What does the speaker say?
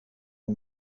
and